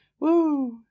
Woo